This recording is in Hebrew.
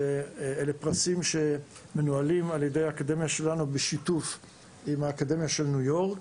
אלה פרסים שמנוהלים על-ידי האקדמיה שלנו בשיתוף עם האקדמיה של ניו-יורק